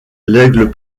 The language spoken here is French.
l’aigle